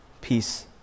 Peace